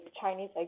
Chinese